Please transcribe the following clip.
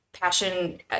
passion